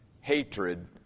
Hatred